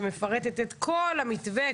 שמפרטת את כל המתווה,